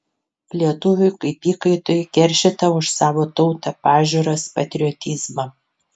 lietuviui kaip įkaitui keršyta už savo tautą pažiūras patriotizmą